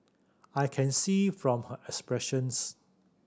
I can see from her expressions